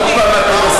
את עוד פעם מנסה.